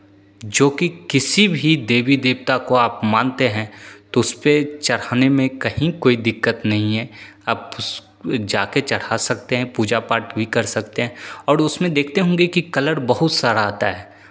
जोकि किसी भी देवी देवता को आप मानते हैं तो उसपे चढ़ाने में कहीं कोई दिक्कत नहीं हैं आप जाके चढ़ा सकते हैं पूजा पाठ भी कर सकते हैं और उसमें देखते होंगे कि कलर बहुत सारा आता है